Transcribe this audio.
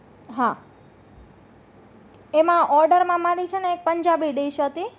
હા એમાં ઓર્ડરમાં મારી છેને એક પંજાબી ડિશ હતી